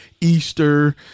Easter